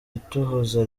itohoza